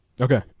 Okay